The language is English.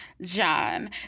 John